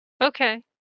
Okay